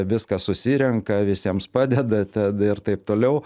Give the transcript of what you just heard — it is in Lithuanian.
viską susirenka visiems padeda tad ir taip toliau